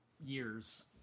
years